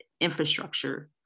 infrastructure